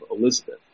Elizabeth